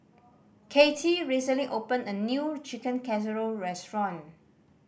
Cathy recently opened a new Chicken Casserole restaurant